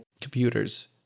computers